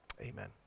Amen